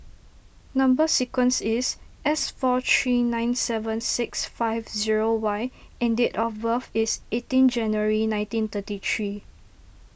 Number Sequence is S four three nine seven six five zero Y and date of birth is eighteen January nineteen thirty three